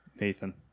Nathan